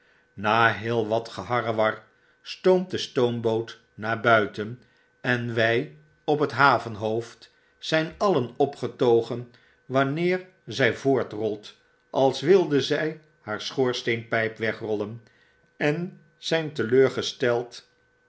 na heel wat geharrewar stoomt de stoomboot naar buiten en wy op het havenhoofd zijn alien opgetogen wanneer zij voortrolt als wilde zij haar schoorsteenpyp wegrollen en zyn